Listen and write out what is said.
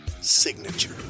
signature